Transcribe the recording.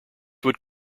would